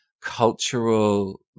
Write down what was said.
cultural